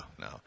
no